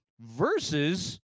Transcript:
versus